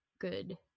good